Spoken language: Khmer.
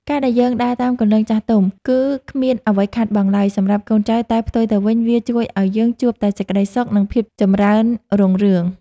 ការដែលយើងដើរតាមគន្លងចាស់ទុំ គឺគ្មានអ្វីខាតបង់ឡើយសម្រាប់កូនចៅតែផ្ទុយទៅវិញវាជួយឱ្យយើងជួបតែសេចក្តីសុខ និងភាពចម្រើនរុងរឿង។